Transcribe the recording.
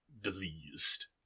diseased